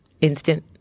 Instant